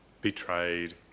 betrayed